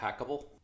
hackable